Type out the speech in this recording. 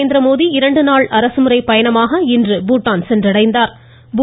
நரேந்திரமோடி இரண்டு நாள் அரசுமுறைப் பயணமாக இன்று பூடான் சென்றடைந்தாா்